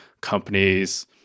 companies